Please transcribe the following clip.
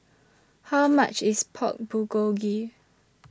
How much IS Pork Bulgogi